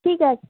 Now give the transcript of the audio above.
ঠিক আছে